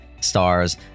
stars